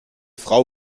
frau